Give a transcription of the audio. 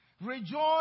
Rejoice